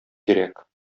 кирәк